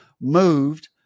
moved